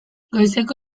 goizeko